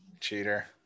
Cheater